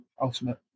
ultimate